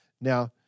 Now